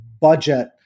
budget